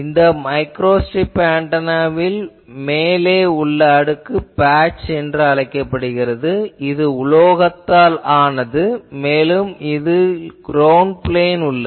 இந்த மைக்ரோஸ்ட்ரிப் ஆன்டெனாவில் மேலே உள்ள அடுக்கு பேட்ச் என்று அழைக்கப்படுகிறது இது உலோகத்தால் ஆனது மேலும் இதில் க்ரௌண்ட் பிளேன் உள்ளது